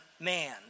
man